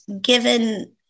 given